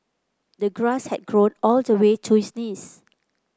the grass had grown all the way to his knees